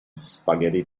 spaghetti